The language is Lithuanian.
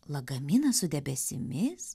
lagaminas su debesimis